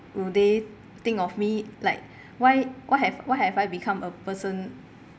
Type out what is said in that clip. would they think of me like why what have what have I become a person